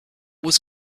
was